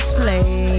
play